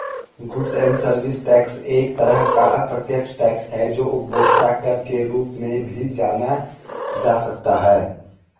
goods and service tax एक तरह का अप्रत्यक्ष टैक्स है जो उपभोक्ता कर के रूप में भी जाना जा सकता है